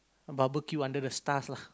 barbecue under the stars lah